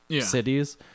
cities